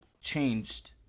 changed